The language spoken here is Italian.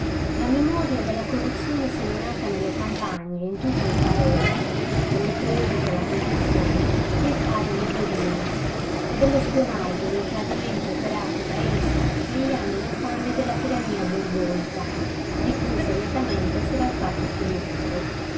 la memoria della corruzione seminata nelle campagne e in tutto il paese con le prediche e la confessione dei padri liguorini e dello spionaggio dei tradimenti operati da essi negli anni nefandi della tirannia borbonica di cui segretamente s'eran fatti strumento